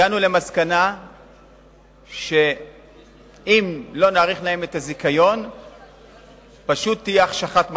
הגענו למסקנה שאם לא נאריך להם את הזיכיון פשוט תהיה החשכת מסך.